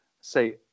say